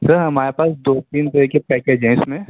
سر ہمارے پاس دو تین طرح کے پیکیج ہیں اس میں